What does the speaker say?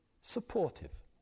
supportive